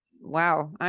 wow